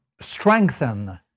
strengthen